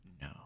No